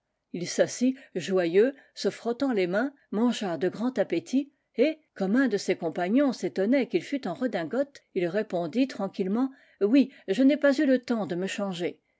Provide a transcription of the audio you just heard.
ii s'assit joyeux se frottant les mains mangea de grand appétit et comme un de ses compagnons s'étonnait qu'il fût en redingote il répondit tranquillement oui je n'ai pas eu le temps de me changer